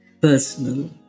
personal